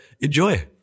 enjoy